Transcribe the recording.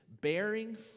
bearing